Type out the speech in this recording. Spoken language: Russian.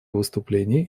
выступление